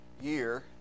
year